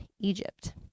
Egypt